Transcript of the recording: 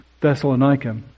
Thessalonica